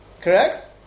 Correct